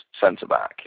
centre-back